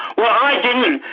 well, i didn't.